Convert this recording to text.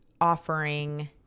offering